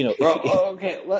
Okay